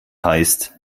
heißt